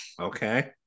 Okay